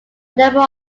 number